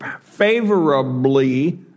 favorably